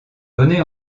donnés